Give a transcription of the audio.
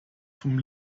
von